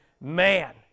man